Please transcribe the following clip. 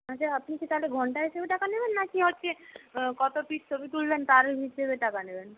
আচ্ছা আপনি কি তাহলে ঘণ্টা হিসাবে টাকা নেবেন না কি হচ্ছে কত পিস ছবি তুললেন তার হিসেবে টাকা নেবেন